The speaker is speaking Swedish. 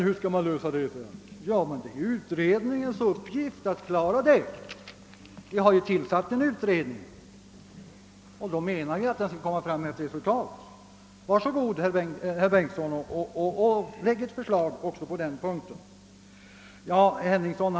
Hur skall man lösa det problemet? undrade herr Bengtsson; vi har ju tillsatt en utredning, och det är dess uppgift att lösa det problemet. Var så god, herr Bengtsson i Varberg, och lägg fram ett förslag även på den punkten!